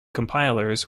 compilers